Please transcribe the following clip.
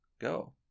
go